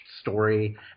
story